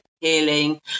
healing